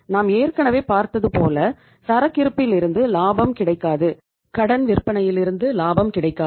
நாம் ஏற்கனவே பார்த்தது போல சரக்கு இருப்பிலிருந்து லாபம் கிடைக்காது கடன் விற்பனையில் இருந்து லாபம் கிடைக்காது